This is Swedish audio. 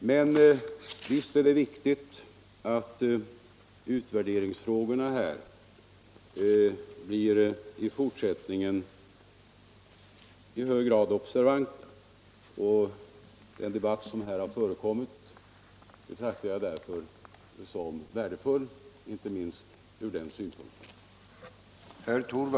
Men visst är det viktigt att utvärderingsfrågorna i fortsättningen observeras i hög grad. Den debatt som här har förekommit betraktar jag som värdefull inte minst ur den synpunkten.